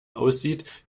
aussieht